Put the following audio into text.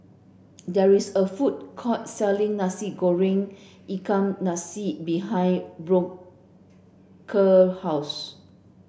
there is a food court selling Nasi Goreng Ikan Masin behind Booker house